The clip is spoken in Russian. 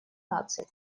наций